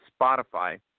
Spotify